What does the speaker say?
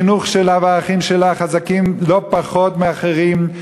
החינוך שלה והערכים שלה חזקים לא פחות משל אחרים.